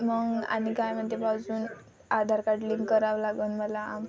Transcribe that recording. मग आणि काय म्हणते बा अजून आधार कार्ड लिंक करावं लागन मला